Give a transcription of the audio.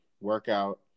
workout